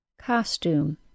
Costume